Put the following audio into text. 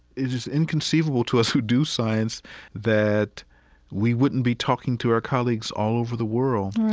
it is inconceivable to us who do science that we wouldn't be talking to our colleagues all over the world.